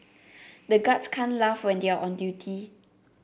the guards can't laugh when they are on duty